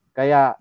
Kaya